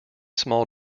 small